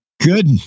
Good